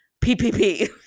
PPP